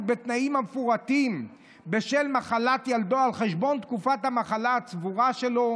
בתנאים המפורטים בשל מחלת ילדו על חשבון תקופת המחלה הצבורה שלו,